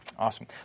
Awesome